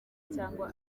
cyangwa